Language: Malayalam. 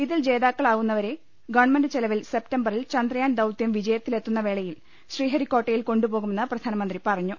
ഇതിൽ ജേതാക്കളാകുന്ന വരെ ഗവൺമെന്റ് ചെലവിൽ സെപ്പ്തംബറിൽ ചന്ദ്രയാൻ ദൌത്യം വിജയ ത്തിലെത്തുന്ന വേളയിൽ ശ്രീഹരിക്കോട്ടയിൽ കൊണ്ടുപോകുമെന്ന് പ്രധാ നമന്ത്രി പറഞ്ഞു